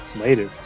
Later